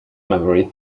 memory